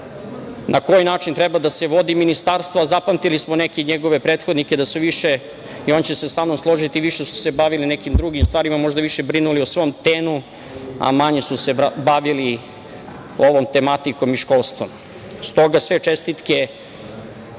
na koji način treba da se vodi ministarstvo, a zapamtili smo neke njegove prethodnike da su se više, složiće se sa mnom, bavili nekim drugim stvarima, možda više brinuli o svom tenu, a manje su se bavili ovom tematikom i školstvom. Stoga sve čestitke